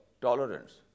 tolerance